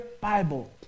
Bible